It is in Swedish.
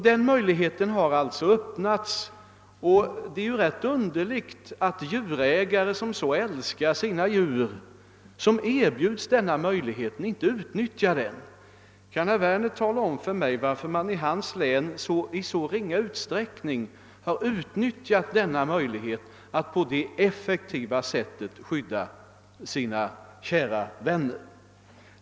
Det är ganska underligt att djurägarna, som älskar sina djur så varmt, inte utnyttjar den möjligheten som därmed erbjuds dem. Kan herr Werner tala om för mig varför man i hans hemlän i så ringa utsträckning har utnyttjat den möjligheten att på ett effektivt sätt skydda sina kära djur?